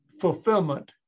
fulfillment